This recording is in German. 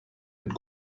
mit